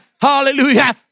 hallelujah